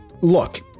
look